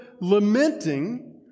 lamenting